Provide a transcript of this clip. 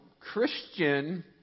Christian